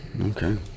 Okay